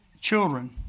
children